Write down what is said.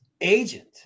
agent